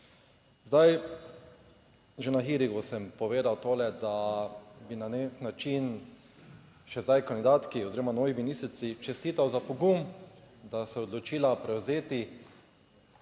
Zdaj že na hearingu sem povedal tole, da bi na nek način še zdaj kandidatki oziroma novi ministrici čestital za pogum, da se je odločila prevzeti